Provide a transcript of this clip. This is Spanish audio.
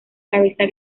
cabeza